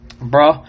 bro